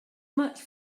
much